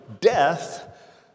death